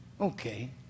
okay